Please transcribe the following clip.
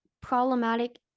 problematic